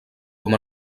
com